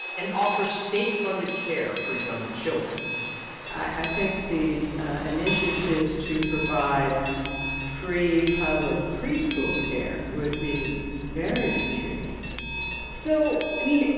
and offer state-funded care for young children i think these initiatives to provide free public preschool care would be very intriguing so i mean,